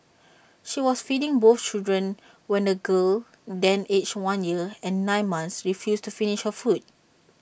she was feeding both children when the girl then aged one year and nine months refused to finish her food